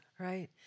Right